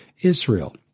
Israel